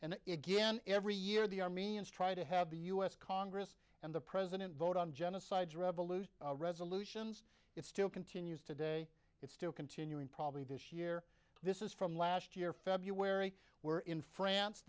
and again every year the armenians try to have the u s congress and the president vote on genocide revolution resolutions it still continues today it's still continuing probably this year this is from last year february where in france